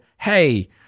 Hey